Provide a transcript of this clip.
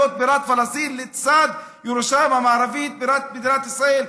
בירת פלסטין לצד ירושלים המערבית בירת מדינת ישראל,